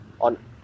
on